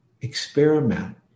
Experiment